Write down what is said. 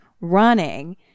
running